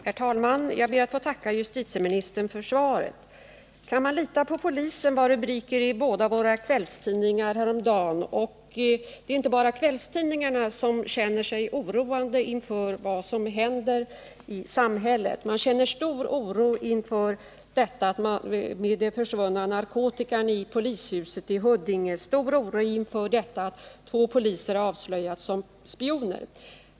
Herr talman! Jag ber att få tacka justitieministern för svaret. Kan man lita på polisen? Så löd rubriker i våra båda kvällstidningar häromdagen. Och det är inte bara kvällstidningarna som känner sig oroade inför vad som händer i samhället. Man känner stor oro på grund av den försvunna narkotikan i polishuset i Huddinge, stor oro på grund av att två poliser har avslöjats som spioner.